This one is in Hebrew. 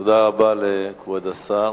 תודה רבה לכבוד השר.